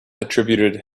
attributed